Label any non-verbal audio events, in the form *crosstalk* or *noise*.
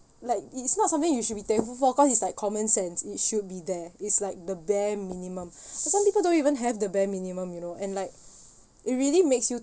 like it's not something you should be thankful for cause is like common sense it should be there it's like the bare minimum *breath* but some people don't even have the bare minimum you know and like it really makes you